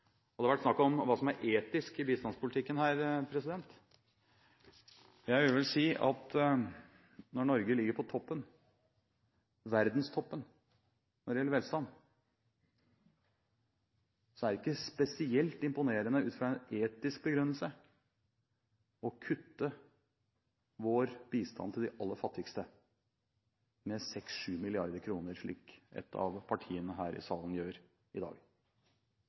år. Det har vært snakk om hva som er etisk i bistandspolitikken. Jeg vil vel si at når Norge ligger på toppen – verdenstoppen – når det gjelder velstand, er det ikke spesielt imponerende ut fra en etisk begrunnelse å kutte vår bistand til de aller fattigste med 6–7 mrd. kr, slik ett av partiene her i salen gjør i dag.